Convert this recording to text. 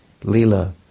leela